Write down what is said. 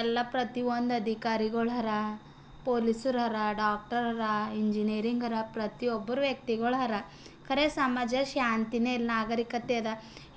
ಎಲ್ಲ ಪ್ರತಿಯೊಂದು ಅಧಿಕಾರಿಗಳು ಆರಾ ಪೊಲೀಸ್ರು ಆರ ಡಾಕ್ಟರ್ ಆರ ಇಂಜಿನಿಯರಿಂಗ್ ಆರ ಪ್ರತಿಯೊಬ್ಬರು ವ್ಯಕ್ತಿಗಳು ಆರ ಖರೆ ಸಮಾಜ್ದಲ್ಲಿ ಶಾಂತಿನೆ ಇಲ್ಲ ನಾಗರೀಕತೆ ಅದ